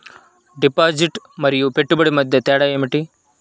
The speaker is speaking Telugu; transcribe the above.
డిపాజిట్ మరియు పెట్టుబడి మధ్య తేడా ఏమిటి?